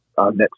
next